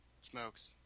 smokes